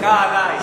דקה עלי.